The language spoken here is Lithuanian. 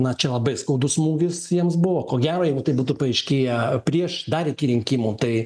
na čia labai skaudus smūgis jiems buvo ko gero jeigu tai būtų paaiškėję prieš dar iki rinkimų tai